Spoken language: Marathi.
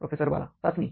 प्रोफेसर बाला चाचणी